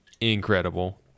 incredible